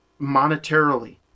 monetarily